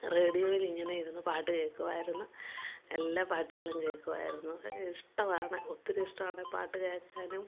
റേഡിയോയിൽ ഇങ്ങനെ ഇരുന്ന് പാട്ട് കേള്ക്കുമായിരുന്നു എല്ലാ പാട്ടുകളും കേള്ക്കുമായിരുന്നു ഇഷ്ടമാണ് ഒത്തിരി ഇഷ്ടമാണ് പാട്ട് കേക്കാനും